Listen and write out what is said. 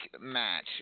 match